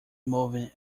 moving